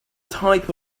type